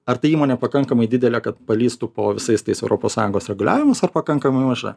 ar ta įmonė pakankamai didelė kad palįstų po visais tais europos sąjungos reguliavimas ar pakankamai maža